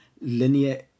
linear